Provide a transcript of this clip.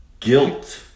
Guilt